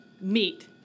meet